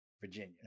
Virginia